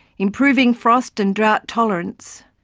improving frost and drought tolerance,